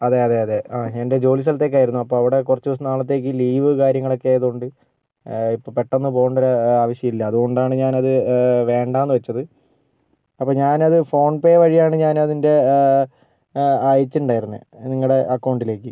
അതെ അതെ അതെ ആ എൻ്റെ ജോലി സ്ഥലത്തേക്ക് ആയിരുന്നു അപ്പം അവിടെ കുറച്ച് നാളത്തേക്ക് ലീവ് കാര്യങ്ങളൊക്കെ ആയതുകൊണ്ട് ഇപ്പം പെട്ടെന്ന് പോവേണ്ട ഒരു ആവശ്യം ഇല്ല അതുകൊണ്ടാണ് ഞാൻ അത് വേണ്ട എന്ന് വെച്ചത് അപ്പം ഞാൻ അത് ഫോൺ പേ വഴിയാണ് ഞാൻ അതിന്റെ അയച്ചിട്ടുണ്ടായിരുന്നത് നിങ്ങളുടെ അക്കൗണ്ടിലേക്ക്